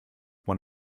one